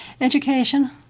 Education